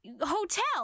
hotel